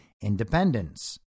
independence